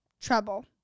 trouble